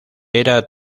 era